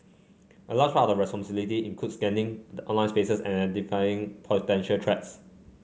a large part of their responsibilities includes scanning the online space and identifying potential threats